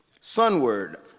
Sunward